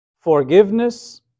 forgiveness